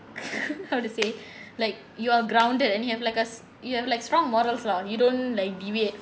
how to say like you are grounded and you have like a s~ you have like strong morals lah you don't like deviate